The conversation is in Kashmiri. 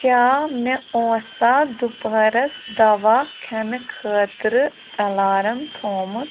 کیٛاہ مےٚ اوسا دُپہرَس دوا کھٮ۪نہٕ خٲطرٕ الارام تھومُت